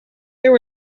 there